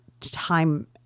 time